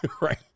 Right